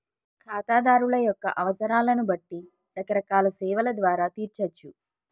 ఖాతాదారుల యొక్క అవసరాలను బట్టి రకరకాల సేవల ద్వారా తీర్చచ్చు